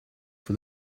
for